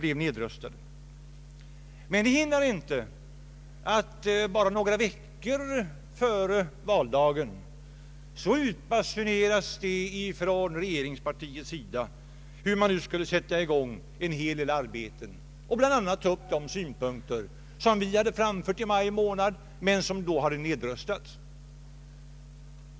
Detta hindrade dock inte att regeringspartiet bara några veckor före valdagen utbasune rade att man nu skulle sätta i gång en hel del arbeten och bl.a. ta upp de synpunkter som vi hade framfört i maj månad men som då hade nedröstats.